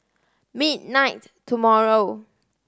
midnight tomorrow